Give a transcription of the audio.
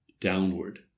downward